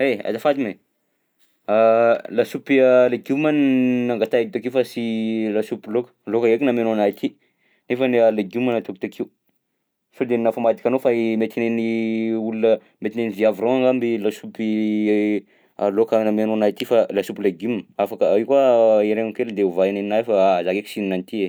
E! Azafady moa e! Lasopy legioma n- nangatahiko takeo fa sy lasopy laoka, laoka ndraika namianao anahy ty nefany a legioma nataoko takeo. Sao de nafamadikanao fa i mety ny an'ny olona mety ny an'ny viavy reo angamba i lasopy a laoka namianao anahy ity fa lasopy legioma afaka io koa aheregno kely de ovay ny anahy fa aha zaho ndraika sy hihinana an'ty e!